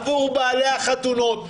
עבור בעלי האולמות,